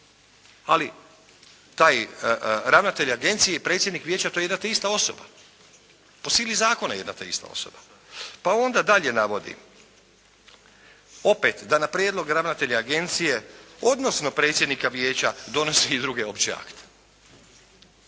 Ali taj ravnatelj agencije i predsjednik vijeća to je jedna te ista osoba, po sili zakona jedna te ista osoba. Pa onda dalje navodi opet da na prijedlog ravnatelja agencije odnosno predsjednika vijeća donosi i druge opće akte.